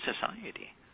society